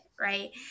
Right